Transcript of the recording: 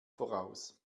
voraus